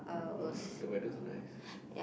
!wah! the weather so nice